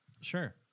sure